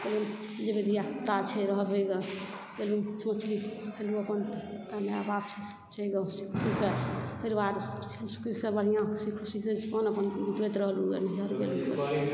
धिया पुता छै रहबै गऽ माछ मछली खेलु अपन माए बाप छै परिवार हँसी खुशीसँ अपन